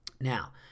now